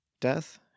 Death